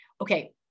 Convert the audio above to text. okay